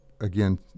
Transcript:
again